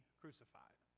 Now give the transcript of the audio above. crucified